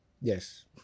Yes